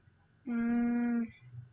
mm